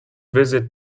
visit